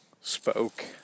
spoke